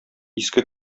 иске